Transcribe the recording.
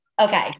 Okay